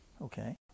Okay